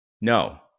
No